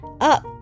Up